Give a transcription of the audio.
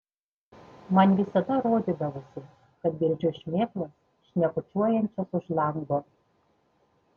man visada rodydavosi kad girdžiu šmėklas šnekučiuojančias už lango